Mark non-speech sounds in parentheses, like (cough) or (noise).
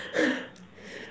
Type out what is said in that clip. (laughs)